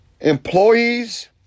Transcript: employees